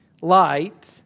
Light